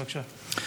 בבקשה.